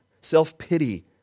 Self-pity